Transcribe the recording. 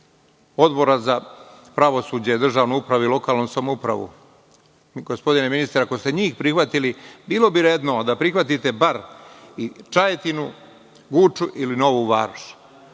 Odbora za pravosuđe, državnu upravu i lokalnu samoupravu, gospodine ministre, ako ste njih prihvatili, bilo bi redno da njih prihvatite bar i Čajetinu, Guču ili Novu Varoš.